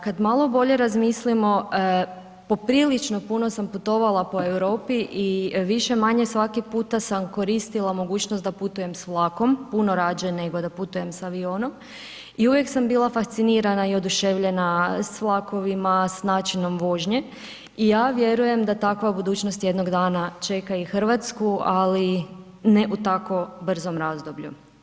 Kad malo razmislimo, poprilično puno sam putovala po Europi i više-manje svaki puta sam koristila mogućnost da putujem s vlakom, puno radije nego da putujem sa avionom i uvijek sam bila fascinirana i oduševljena sa vlakovima, s načinom vožnje i ja vjerujem da takva budućnost jednog dana čeka i Hrvatsku ali ne u tako brzom razdoblju.